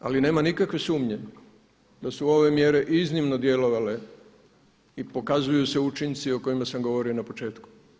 Ali nema nikakve sumnje da su ove mjere iznimno djelovanje i pokazuju se učinci o kojima sam govorio na početku.